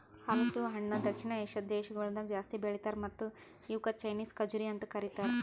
ಹಲಸು ಹಣ್ಣ ದಕ್ಷಿಣ ಏಷ್ಯಾದ್ ದೇಶಗೊಳ್ದಾಗ್ ಜಾಸ್ತಿ ಬೆಳಿತಾರ್ ಮತ್ತ ಇವುಕ್ ಚೈನೀಸ್ ಖಜುರಿ ಅಂತ್ ಕರಿತಾರ್